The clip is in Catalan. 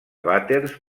vàters